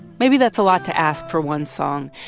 maybe that's a lot to ask for one song,